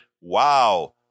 Wow